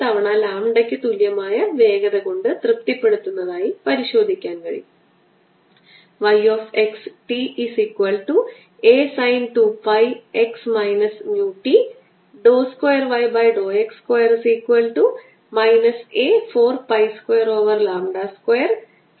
ρ0 r C0e λrr2 പ്രശ്ന number 8 ൽ ഞാൻ ഇതിനകം ചൂണ്ടിക്കാണിച്ചിരുന്നു മധ്യഭാഗത്ത് ഒരു പോയിന്റ് ചാർജ് ഉണ്ടെന്ന് പ്രശ്ന നമ്പർ 7 ഉണ്ട് കാരണം നിങ്ങൾ മധ്യഭാഗത്തേക്ക് പോകുമ്പോൾ വൈദ്യുത മണ്ഡലം 1 ഓവർ ആർ സ്ക്വയറിനെ പോലെയാണ് കാരണം e raise to minus lambda r 1 ആയി മാറുന്നു